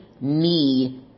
need